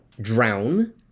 drown